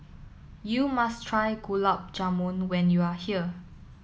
you must try Gulab Jamun when you are here